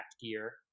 gear